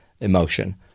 emotion